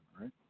right